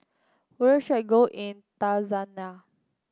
where should I go in Tanzania